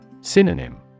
Synonym